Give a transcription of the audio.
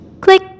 Click